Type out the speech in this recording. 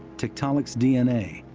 tiktaalik's d n a.